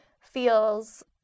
feels